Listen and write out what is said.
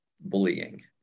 bullying